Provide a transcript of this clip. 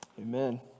Amen